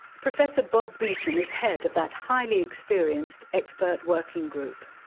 professor bob beeton is head of that highly experienced expert working group.